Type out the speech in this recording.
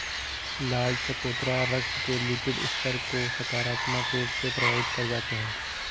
लाल चकोतरा रक्त के लिपिड स्तर को सकारात्मक रूप से प्रभावित कर जाते हैं